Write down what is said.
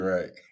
Right